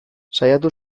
saiatu